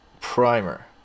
primer